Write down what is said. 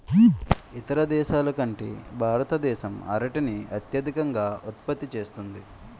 ఇతర దేశాల కంటే భారతదేశం అరటిని అత్యధికంగా ఉత్పత్తి చేస్తుంది